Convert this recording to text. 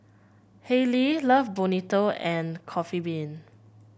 Haylee Love Bonito and Coffee Bean